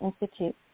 Institute